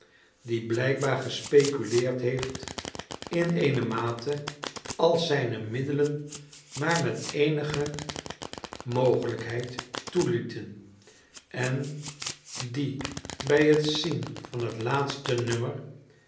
die blijkbaar gespeculeerd heeft in eene mate als zijnemiddelen maar met eenige mogelijkheidtoelieten en die bij het zien van het laatste nummaryen